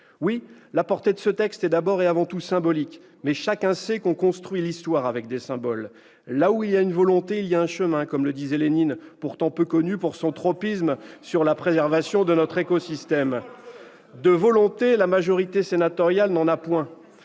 Oui, la portée de ce texte est d'abord et avant tout symbolique, mais chacun sait que l'on construit l'histoire avec des symboles. « Là où il y a une volonté, il y a un chemin », disait Lénine, pourtant peu connu pour son tropisme sur la préservation de notre écosystème. Il n'était pas le seul !